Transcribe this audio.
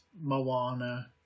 Moana